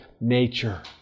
nature